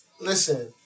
Listen